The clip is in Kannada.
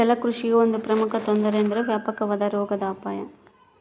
ಜಲಕೃಷಿಗೆ ಒಂದು ಪ್ರಮುಖ ತೊಂದರೆ ಎಂದರೆ ವ್ಯಾಪಕವಾದ ರೋಗದ ಅಪಾಯ